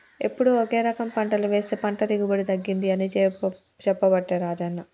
ఎప్పుడు ఒకే రకం పంటలు వేస్తె పంట దిగుబడి తగ్గింది అని చెప్పబట్టే రాజన్న